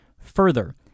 Further